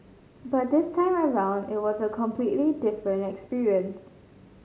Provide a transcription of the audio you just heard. but this time around it was a completely different experience